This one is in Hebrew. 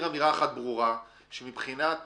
נגיד אמירה ברורה שמבחינת